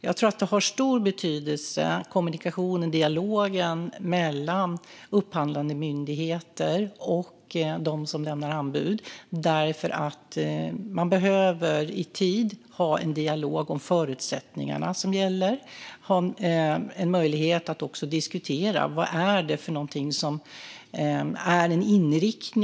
Jag tror att kommunikationen och dialogen mellan upphandlande myndigheter och dem som lämnar anbud har stor betydelse därför att man i tid behöver ha en dialog om de förutsättningar som gäller och också en möjlighet att diskutera vad inriktningen är och vad som preciserats.